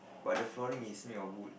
but the flooring is made of wood